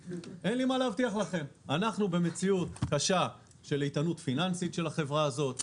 אנחנו במציאות קשה מבחינת האיתנות הפיננסית של החברה הזאת,